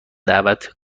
دعوت